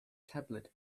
tablet